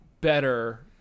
better